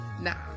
Now